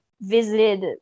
visited